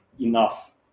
enough